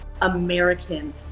American